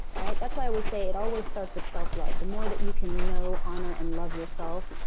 right? that's why i always say it always starts with self-love. the more that you can know, honor, and love yourself,